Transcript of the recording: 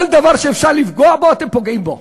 כל דבר שאפשר לפגוע בו, אתם פוגעים בו.